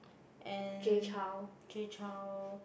and Jay Chou